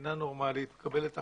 מדינה נורמלית מקבלת החלטות,